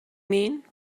mean